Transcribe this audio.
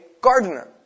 gardener